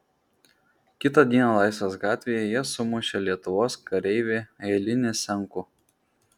kitą dieną laisvės gatvėje jie sumušė lietuvos kareivį eilinį senkų